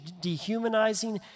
dehumanizing